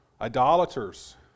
idolaters